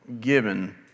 given